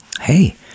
hey